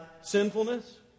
sinfulness